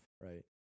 right